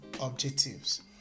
objectives